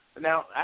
Now